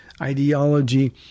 ideology